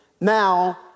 now